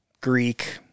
Greek